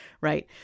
right